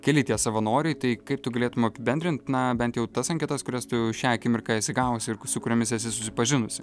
keli tie savanoriai tai kaip tu galėtum apibendrint na bent jau tas anketas kurias tu šią akimirką esi gavus ir su kuriomis esi susipažinusi